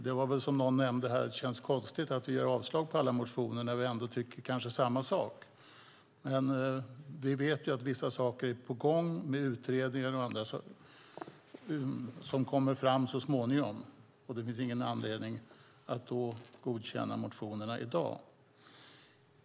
Det känns, som någon nämnde här, konstigt att yrka avslag på alla motioner när vi ändå kanske tycker samma sak. Men vi vet ju att vissa saker är på gång med utredningar och annat som kommer fram så småningom. Det finns därför ingen anledning att godkänna motionerna i dag.